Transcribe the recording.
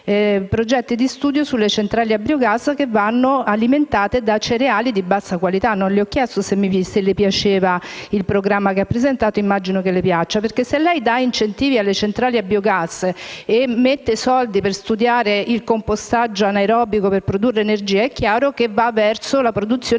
progetti di studio sulle centrali a biogas che sono alimentate da cereali di bassa qualità; non le ho chiesto se le piaceva il programma che ha presentato, perché immagino che le piaccia. Infatti, se lei dà incentivi alle centrali a biogas e mette soldi per studiare il compostaggio anaerobico per produrre energia, è chiaro che va verso la produzione di